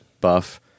buff